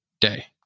day